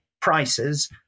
prices